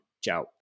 ciao